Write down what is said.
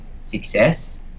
success